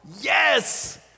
yes